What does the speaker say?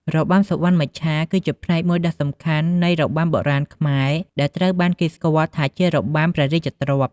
របាំសុវណ្ណមច្ឆាគឺជាផ្នែកមួយដ៏សំខាន់នៃ របាំបុរាណខ្មែរ ដែលត្រូវបានគេស្គាល់ថាជារបាំព្រះរាជទ្រព្យ។